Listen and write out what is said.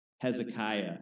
Hezekiah